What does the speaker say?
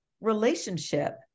relationship